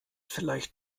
vielleicht